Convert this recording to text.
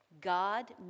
God